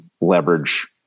leverage